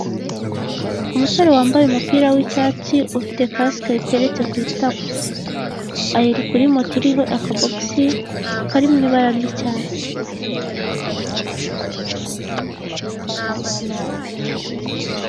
Umusore wambaye umupira w'icyatsi ufite kasike yateretse ku itako. Ari kuri moto iriho akabogisi kari mu ibara ry'icyatsi.